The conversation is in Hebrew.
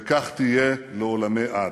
וכך תהיה לעולמי עד.